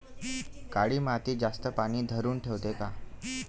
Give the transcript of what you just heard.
काळी माती जास्त पानी धरुन ठेवते का?